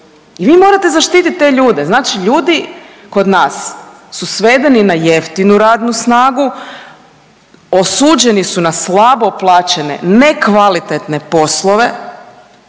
Vi morate zaštiti te ljude. Znači ljudi kod nas su svedeni na jeftinu radnu snagu, osuđeni su na slabo plaćene nekvalitetne poslove,